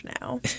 now